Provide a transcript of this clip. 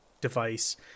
device